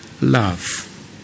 love